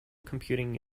computing